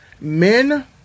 men